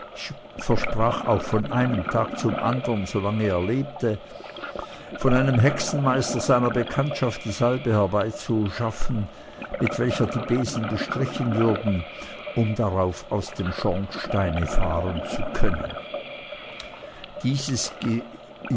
versprach auch von einem tage zum andern solange er lebte von einem hexenmeister seiner bekanntschaft die salbe herbeizuschaffen mit welcher die besen bestrichen würden um darauf aus dem schornsteine fahren zu können dieses